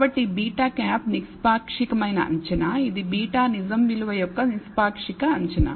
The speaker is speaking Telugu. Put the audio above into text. కాబట్టిβ̂ నిష్పాక్షికమైన అంచనా ఇది β నిజం విలువ యొక్క నిష్పాక్షిక అంచనా